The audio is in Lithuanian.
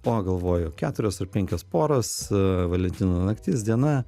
o galvoju keturios ar penkios poros valentino naktis diena